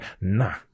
nah